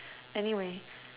anyway